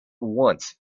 once